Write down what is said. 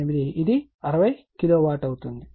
8 ఇది 60 KW అవుతుంది